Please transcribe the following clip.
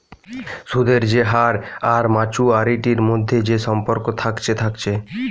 সুদের যে হার আর মাচুয়ারিটির মধ্যে যে সম্পর্ক থাকছে থাকছে